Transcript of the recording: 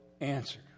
answer